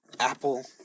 Apple